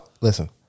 Listen